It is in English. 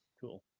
cool